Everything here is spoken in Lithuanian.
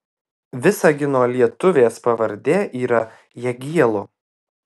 visagino lietuvės pavardė yra jagielo